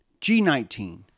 G19